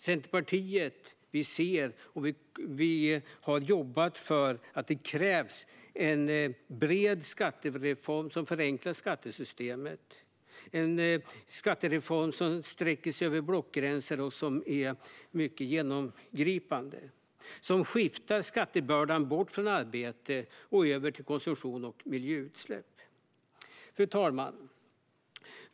Centerpartiet ser att det kommer att krävas, och vi har jobbat för en bred skattereform som förenklar skattesystemet. En sådan skattereform behöver sträcka sig över blockgränser och vara mycket genomgripande. Den måste skifta skattebördan bort från arbete och över till konsumtion och miljöutsläpp. Fru talman!